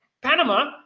Panama